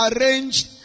arranged